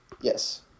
Yes